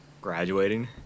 graduating